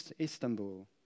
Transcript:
Istanbul